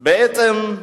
בעצם,